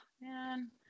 man